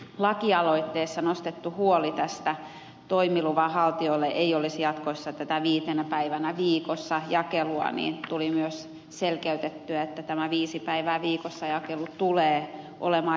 lauri oinosen laki aloitteessa nostettu huoli että toimiluvan haltijoille ei olisi jatkossa tätä viitenä päivänä viikossa jakelua tuli myös selkeytettyä että tämä viisi päivää viikossa jakelu tulee olemaan jatkossakin